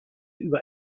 über